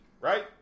right